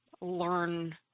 learn